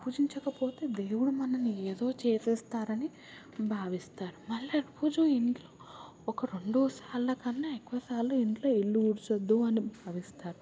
పూజించక పోతే దేవుడు మనల్ని ఏదో చేసేస్తారని భావిస్తారు మళ్ళీ రోజు ఇంట్లో ఒక రెండు సార్లు కన్నా ఎక్కువ సార్లు ఇంట్లో ఇల్లు ఊడ్చ్చొద్దు అని భావిస్తారు